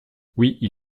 oui